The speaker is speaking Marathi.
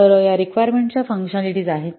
तर या रिक्वायरमेंट्स च्या फंकशनॅलिटीज आहेत